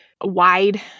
wide